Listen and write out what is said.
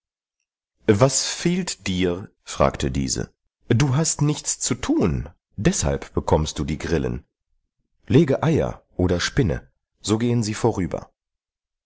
was fehlt dir fragte diese du hast nichts zu thun deshalb bekommst du die grillen lege eier oder spinne so gehen sie vorüber